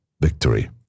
victory